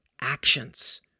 actions